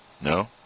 No